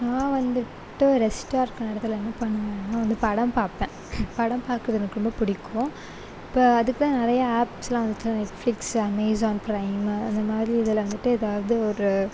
நான் வந்துவிட்டு ரெஸ்ட்டாக இருக்கிற நேரத்தில் என்ன பண்ணுவன்னா வந்து படம் பாப்பேன் படம் பார்க்குறது எனக்கு ரொம்போ பிடிக்கும் இப்போ அதுக்குதான் நிறைய ஆப்ஸ்லான் இருக்கு நெட்ஃப்ளிக்ஸ் அமேசான் ஃப்ரைமு அந்தமாதிரி இதில் வந்துவிட்டு எதாவது